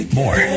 more